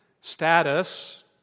status